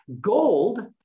Gold